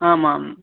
आमाम्